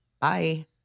Bye